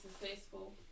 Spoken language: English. successful